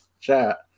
chat